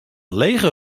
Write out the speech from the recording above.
lege